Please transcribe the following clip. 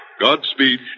Godspeed